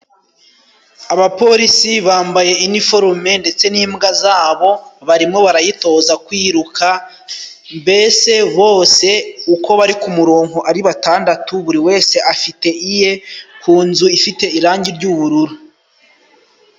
Abapolisi bambaye iniforume ndetse ni imbwa zabo barimo barayitoza kwiruka, mbese bose uko bari ku murongo ari batandatu, buri wese afite iye, ku nzu ifite irangi ry'ubururu.